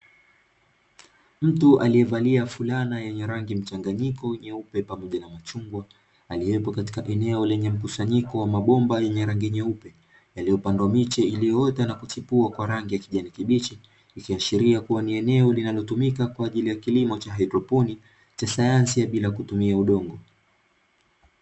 Mtu aliyevalia fulana yenye rangi mchanganyiko nyeupe pamoja na machungwa aliyepo katika eneo lenye mkusanyiko wa mabomba yenye rangi nyeupe, yaliyopandwa miche iliyoota na kuchipua kwa rangi ya kijani kibichi. Ikiashiria kuwa ni eneo linalotumika kwa kilimo cha haidroponi cha sayansi bila kutumia udongo.